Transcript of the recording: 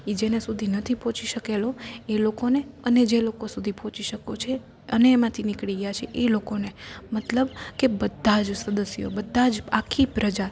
જેને સુધી નથી પહોંચી શકેલો એ લોકોને અને જે લોકોથી પહોંચી શક્યું છે અને એમાંથી નીકળી ગયાં છે એ લોકોને મતલબ બધાં જ સદસ્ય બધાં જ આખી પ્રજા